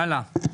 הלאה.